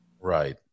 Right